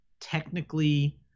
technically